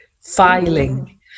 filing